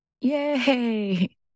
Yay